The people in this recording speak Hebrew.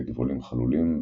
בגבעולים חלולים,